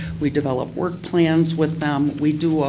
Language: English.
we develop work plans with them, we do